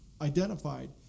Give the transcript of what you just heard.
identified